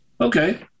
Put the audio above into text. Okay